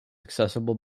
accessible